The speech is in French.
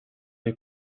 les